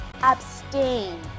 abstain